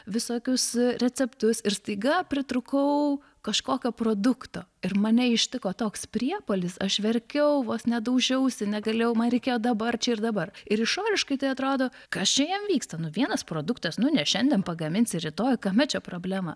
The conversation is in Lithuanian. visokius receptus ir staiga pritrūkau kažkokio produkto ir mane ištiko toks priepuolis aš verkiau vos ne daužiausi negalėjau man reikėjo dabar čia ir dabar ir išoriškai tai atrodo kas čia jam vyksta nu vienas produktas nu ne šiandien pagaminsi rytoj kame čia problema